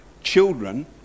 children